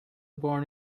born